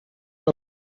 del